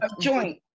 joint